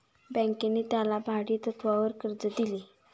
बँकेने त्याला भाडेतत्वावर कर्ज दिले